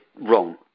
wrong